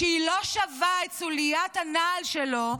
שהיא לא שווה את סוליית הנעל שלו,